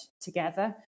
together